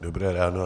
Dobré ráno.